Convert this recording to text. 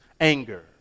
anger